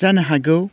जानो हागौ